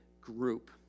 group